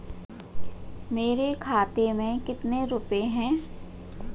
मेरे खाते में कितने रुपये हैं?